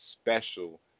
special